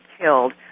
killed